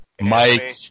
Mike